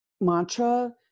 mantra